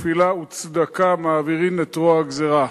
ותפילה וצדקה מעבירין את רוע הגזירה.